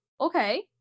okay